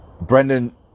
Brendan